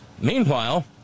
Meanwhile